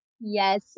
Yes